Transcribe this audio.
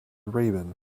raven